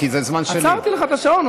אז תוציא את ההקלטות.